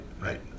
Right